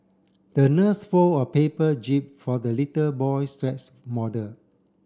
the nurse fold a paper jib for the little boy's model